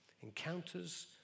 Encounters